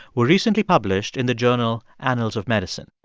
were recently published in the journal annals of medicine.